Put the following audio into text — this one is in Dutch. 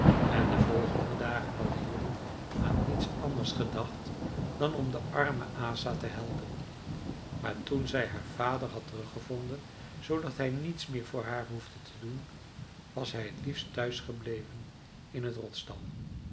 en de volgende dagen had de jongen aan niets anders gedacht dan om de arme asa te helpen maar toen zij haar vader had teruggevonden zoodat hij niets meer voor haar hoefde te doen was hij t liefste thuisgebleven in het